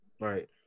right